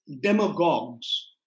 demagogues